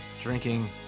Drinking